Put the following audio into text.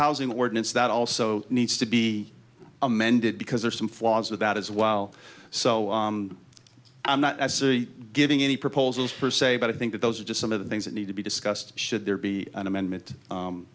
housing ordinance that also needs to be amended because there are some flaws with that as well so i'm not giving any proposals per se but i think those are just some of the things that need to be discussed should there be an amendment